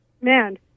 man